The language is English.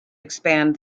expand